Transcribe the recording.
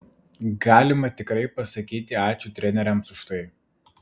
galima tikrai pasakyti ačiū treneriams už tai